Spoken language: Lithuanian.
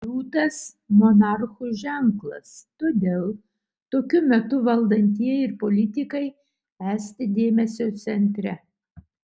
liūtas monarchų ženklas todėl tokiu metu valdantieji ir politikai esti dėmesio centre